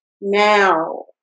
now